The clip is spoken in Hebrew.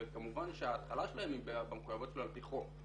וכמובן שההתחלה שלהן היא במחויבויות שלו על פי חוק.